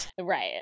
Right